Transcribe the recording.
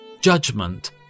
judgment